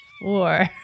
four